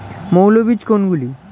মৌল বীজ কোনগুলি?